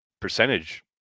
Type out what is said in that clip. percentage